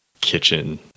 kitchen